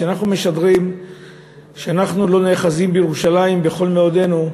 כשאנחנו משדרים שאנחנו לא נאחזים בירושלים בכל מאודנו,